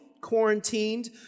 quarantined